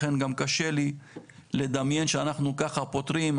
לכן גם קשה לי לדמיין שאנחנו ככה פותרים.